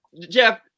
Jeff